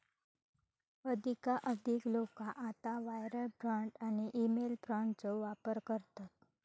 अधिकाधिक लोका आता वायर फ्रॉड आणि ईमेल फ्रॉडचो वापर करतत